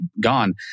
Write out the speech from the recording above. gone